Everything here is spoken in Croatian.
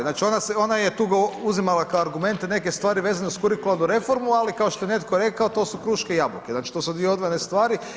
Znači, ona je tu uzimala kao argumente neke stvari vezane za kurikularnu reformu, ali kao što je netko rekao, to su kruške i jabuke, znači to su dvije odvojene stvari.